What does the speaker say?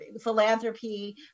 philanthropy